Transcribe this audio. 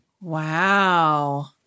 Wow